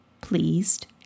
pleased